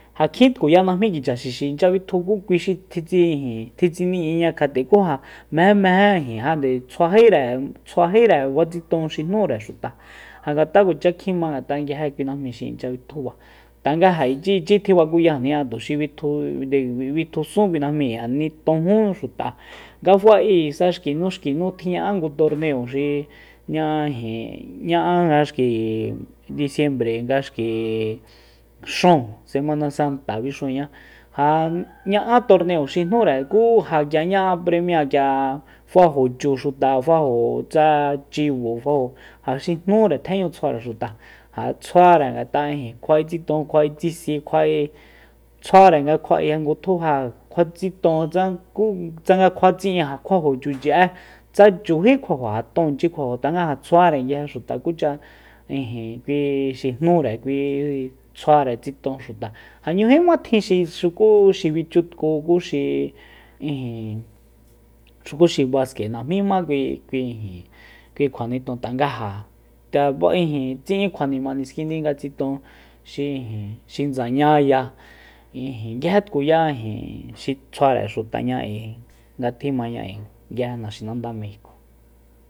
Ja kjin tkuya najmí kicha xixi inchya bitju ku kui xi tjitsi ijin tjitsini'iña kjate ku ja mejemeje ijin ja nde tsjuajíre fa tsiton xi jnúre xuta ja ngat'a kuacha kjima ngat'a nguije kui najmi xi inchya bitjuba tanga ichiichi tjibakuyajni ja tuxi bitju bi- bitjusún kui najmíi ja nitonjú xuta nga fa'e k'uisa nga xki nu xki nu tjiña'á ngu torneo xi ña'á ijin ña'á xki disiembre nga xki xúun semana santa bixúuña ja ña'á torneo xi jnúre ku ja k'ia ña'a premia k'ia fajo chu xuta fajo tsa chibo fajo ja xi jnúre tjeñu tsjuare xuta ja tsjuare ngat'a ijin kjua'e tsito kjua'e tsi si kjua'e tsjuare nga kjua'e ngutjú ja kjuatsiton tsa ku tsanga kjua tsi'in ja kjuajo chuchi'e tsa chují kjuajo ja tonchi kjuajo tanga ja tsjuare nguije xuta kucha ijin kui xi jnúre kui tsjuare tsiton xuta ja 'ñujíma tjin xi xuku xi bichutku xuku kuxi ijin xuku xi baske najmíma kui. kui kui kjua niton tanga ja nga ba'e tsi'in kjua nima niskindi nga tsiton xi ijin xi ndsañáya ijin nguije tkuya ijin xi tsjuare xutaña k'ui nga tjimaña nguije naxinanda mejico